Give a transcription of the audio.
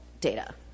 data